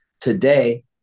Today